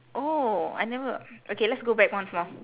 oh I never okay let's go back once more